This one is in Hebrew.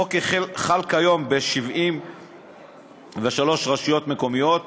החוק חל כיום ב-73 רשויות מקומיות,